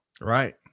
Right